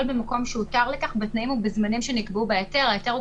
במקום שהותר לכך בתנאים ובזמנים שנקבעו בהיתר".